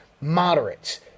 moderates